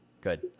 good